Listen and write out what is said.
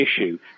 issue